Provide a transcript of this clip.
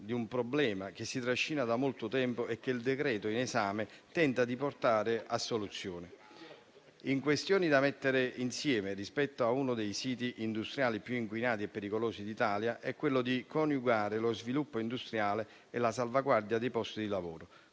di un problema che si trascina da molto tempo e che il decreto-legge in esame tenta di portare a soluzione. Tra le questioni da mettere insieme, rispetto a uno dei siti industriali più inquinati e pericolosi d'Italia, vi è quella di coniugare lo sviluppo industriale con la salvaguardia dei posti di lavoro